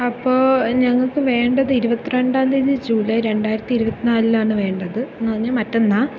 അപ്പോൾ ഞങ്ങൾക്ക് വേണ്ടത് ഇരുപത്തിരണ്ടാം തീയതി ജൂലൈ രണ്ടായിരത്തി ഇരുപത്തി നാലിനാണ് വേണ്ടത് എന്നുപറഞ്ഞാൽ മറ്റന്നാൾ